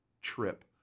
trip